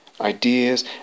Ideas